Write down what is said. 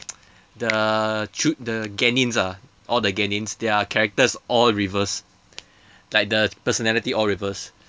the chu~ the gennins ah all the gennins their characters all reverse like the personality all reverse